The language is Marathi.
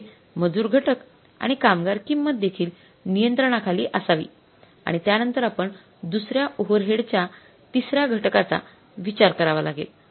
म्हणजे मजूर घटक आणि कामगार किंमत देखील नियंत्रणाखाली असावी आणि त्यानंतर आपण दुसर्या ओव्हरहेडच्या तिसऱ्या घटकाचा विचार करावा लागेल